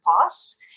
pass